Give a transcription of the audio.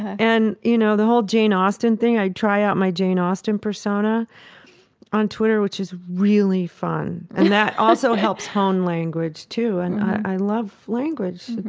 and, you know, the whole jane austen thing i try out my jane austen persona on twitter, which is really fun and that also helps hone language too. and i love language.